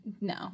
No